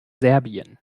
serbien